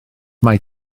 mae